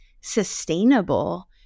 sustainable